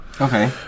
Okay